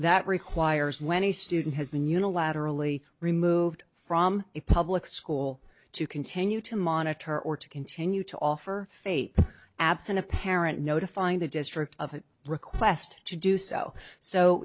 that requires when a student has been unilaterally removed from a public school to continue to monitor or to continue to offer faith absent a parent notifying the district of a request to do so so